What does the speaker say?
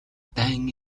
дайн